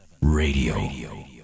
radio